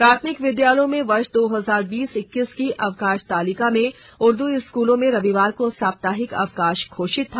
प्राथमिक विद्यालयों में वर्ष दो हजार बीस इक्कीस की अवकाश तालिका में उर्दू स्कूलों में रविवार को साप्ताहिक अवकाश घोषित था